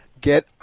get